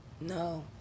No